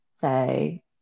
say